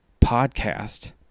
podcast